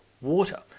water